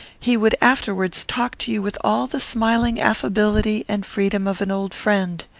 he would afterwards talk to you with all the smiling affability and freedom of an old friend.